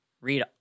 Read